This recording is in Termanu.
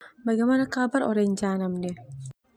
Bagaimana kabar o rencana ndia?